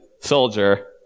soldier